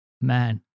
man